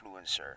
influencer